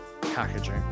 packaging